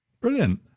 brilliant